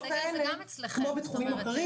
כמו בתחומים אחרים,